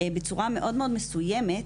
בצורה מאוד מאוד מסוימת,